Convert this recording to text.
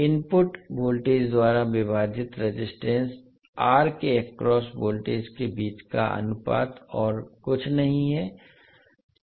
input voltage द्वारा विभाजित resistance R के अक्रॉस वोल्टेज के बीच का अनुपात और कुछ नहीं है